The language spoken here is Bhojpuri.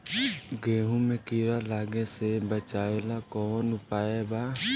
गेहूँ मे कीड़ा लागे से बचावेला कौन उपाय बा?